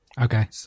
Okay